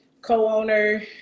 co-owner